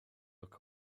look